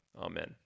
Amen